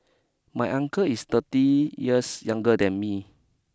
my uncle is thirty years younger than me